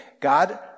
God